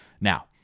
Now